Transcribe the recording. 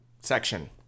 section